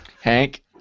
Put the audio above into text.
Hank